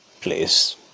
place